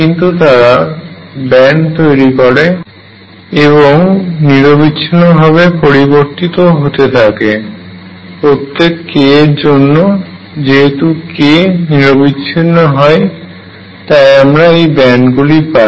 কিন্তু তারা ব্যান্ড তৈরি করে এবং নিরবিচ্ছিন্ন ভাবে পরিবর্তিত হতে থাকে প্রত্যেকে k এর জন্য যেহেতু k নিরবিচ্ছিন্ন হয় তাই আমরা এই ব্যান্ড গুলি পাই